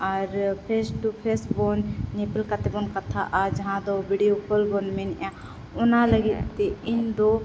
R face to face ᱵᱚᱱ ᱧᱮᱯᱮᱞ ᱠᱟᱛᱮᱫ ᱵᱚᱱ ᱠᱟᱛᱷᱟᱜᱼᱟ ᱡᱟᱦᱟᱸ ᱫᱚ ᱵᱷᱤᱰᱭᱳ ᱠᱚᱞ ᱵᱚᱱ ᱢᱮᱱᱮᱫᱼᱟ ᱚᱱᱟ ᱞᱟᱹᱜᱤᱫ ᱛᱮ ᱤᱧ ᱫᱚ